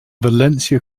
valencia